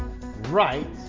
right